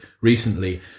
recently